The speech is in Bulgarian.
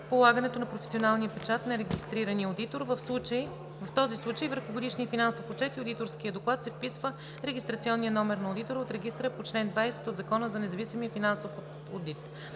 полагането на професионалния печат на регистрирания одитор. В този случай върху годишния финансов отчет и одиторския доклад се вписва регистрационния номер на одитора от регистъра по чл. 20 от Закона за независимия финансов одит.